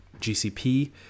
GCP